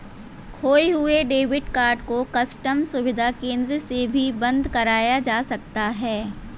खोये हुए debit card को कस्टम सुविधा केंद्र से भी बंद कराया जा सकता है